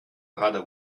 рада